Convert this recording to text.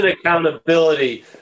accountability